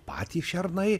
patys šernai